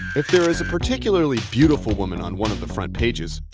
if there is a particularly beautiful woman on one of the front pages,